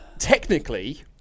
Technically